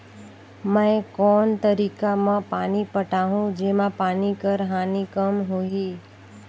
मैं कोन तरीका म पानी पटाहूं जेमा पानी कर हानि कम होही?